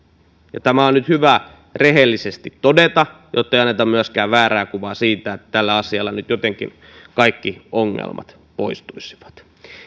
tämä on nyt hyvä rehellisesti todeta jotta ei myöskään anneta väärää kuvaa siitä että tällä asialla nyt jotenkin kaikki ongelmat poistuisivat